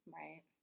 right